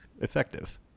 effective